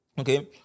Okay